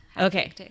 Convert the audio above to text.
Okay